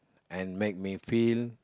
and make me feel